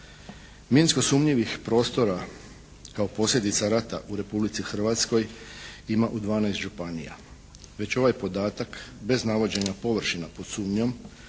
Minsko sumnjivih prostora kao posljedica rata u Republici Hrvatskoj ima u dvanaest županija. Već ovaj podatak bez navođenja površina pod sumnjom